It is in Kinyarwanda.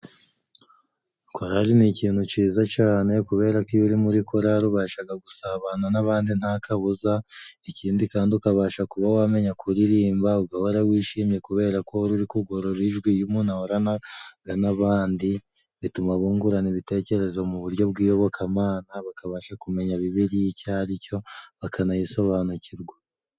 Korari ni ikintu ciza cane，kubera ko iyo uri muri korari ubashaga gusabana n'abandi nta kabuza， ikindi kandi ukabasha kuba wamenya kuririmba，ugahora wishimye kubera ko uba uri kugorora ijwi， iyo umuntu ahoranaga n'abandi bituma bungurana ibitekerezo mu buryo bw'iyobokamana， bakabasha kumenya bibiriya icyo aricyo bakanayisobanukirwa.